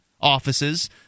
offices